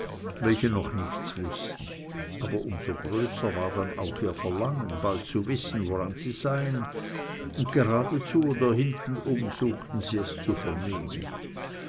welche noch nichts wußten aber um so größer war dann auch ihr verlangen bald zu wissen woran sie feien und geradezu oder hintenum suchten sie es zu vernehmen